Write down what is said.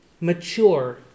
mature